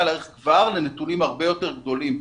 להיערך כבר עכשיו לנתונים הרבה יותר גדולים.